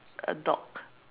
a dog